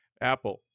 Apple